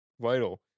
Vital